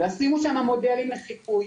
אלא שימו שם מודלים לחיקוי,